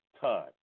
time